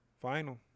Final